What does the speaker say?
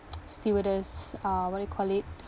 stewardess uh what you call it